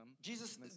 Jesus